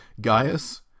Gaius